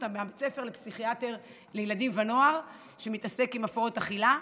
אותם מבית הספר לפסיכיאטר לילדים ונוער שמתעסק עם הפרעות אכילה.